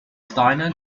steiner